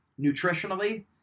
Nutritionally